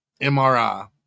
mri